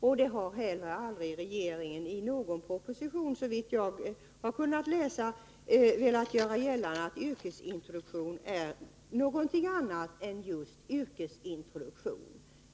Regeringen har heller inte i någon proposition — såvitt jag har kunnat läsa — gjort gällande att yrkesintroduktion är någonting annat än just yrkesintroduktion.